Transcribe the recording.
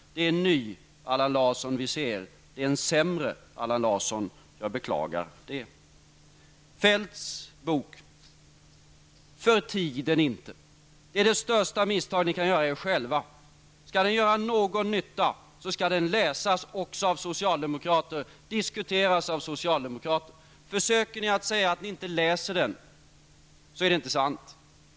Det är en ny och sämre Allan Larsson vi nu ser, och det beklagar jag. Förtig inte Feldts bok! Det är den största otjänst som ni kan göra er själva. Skall hans bok göra någon nytta, skall den läsas och diskuteras också av socialdemokrater. Om ni säger att ni inte läser den, är det inte sant.